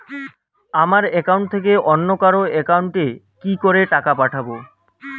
আমার একাউন্ট থেকে অন্য কারো একাউন্ট এ কি করে টাকা পাঠাবো?